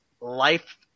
life